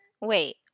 Wait